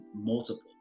multiple